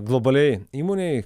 globaliai įmonei